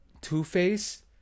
Two-Face